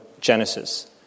Genesis